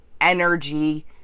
energy